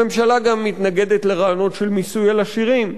הממשלה גם מתנגדת לרעיונות של מיסוי על עשירים.